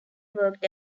worked